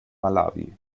malawi